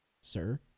sir